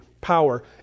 power